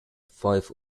five